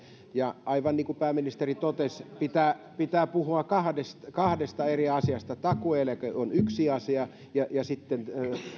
ja aivan niin kuin pääministeri totesi pitää pitää puhua kahdesta kahdesta eri asiasta takuueläke on yksi asia ja sitten